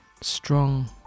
strong